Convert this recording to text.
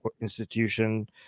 institution